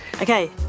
Okay